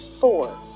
four